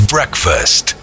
Breakfast